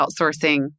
outsourcing